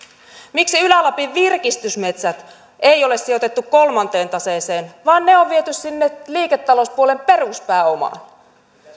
miksi ylä lapin virkistysmetsiä ei ole sijoitettu kolmanteen taseeseen vaan ne on viety sinne liiketalouspuolen peruspääomaan